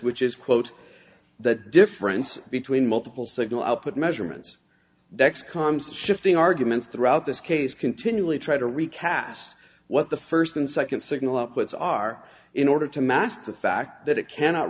which is quote that difference between multiple signal output measurements decks comes the shifting arguments throughout this case continually try to recast what the first and second signal up which are in order to mask the fact that it cannot